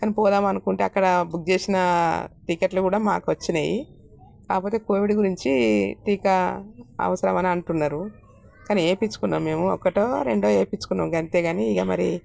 కానీ పొదామనుకుంటే అక్కడ బుక్ చేసిన టిక్కెట్లు కూడా మాకు వచ్చాయి కాకపోతే కోవిడ్ గురించి టీకా అవసరం అని అంటున్నారు కానీ వేయించుకున్నాము మేము ఒకటో రెండో వేయించుకున్నాము అంతే కానీ ఇంకా మరి